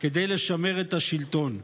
כדי לשמר את השלטון.